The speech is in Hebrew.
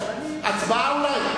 הצבעה אולי?